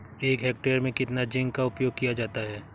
एक हेक्टेयर में कितना जिंक का उपयोग किया जाता है?